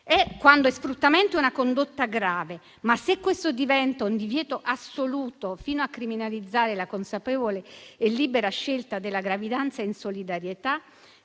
quando è sfruttamento, è una condotta grave. Se, però, questo diventa un divieto assoluto, fino a criminalizzare la consapevole e libera scelta della gravidanza in solidarietà,